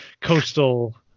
coastal